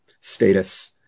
status